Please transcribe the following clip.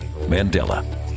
Mandela